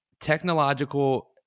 technological